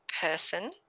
person